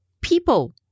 people